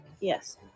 yes